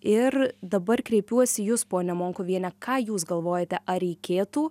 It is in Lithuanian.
ir dabar kreipiuosi į jus ponia monkuviene ką jūs galvojate ar reikėtų